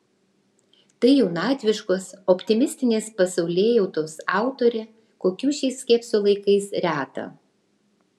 tai jaunatviškos optimistinės pasaulėjautos autorė kokių šiais skepsio laikais reta